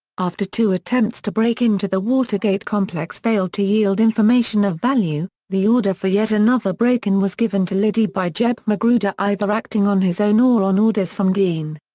after two attempts to break into the watergate watergate complex failed to yield information of value, the order for yet another break-in was given to liddy by jeb magruder, either acting on his own or on orders from dean.